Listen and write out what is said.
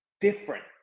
different